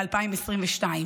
ב-2022.